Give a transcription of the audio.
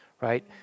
right